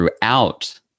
throughout